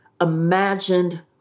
imagined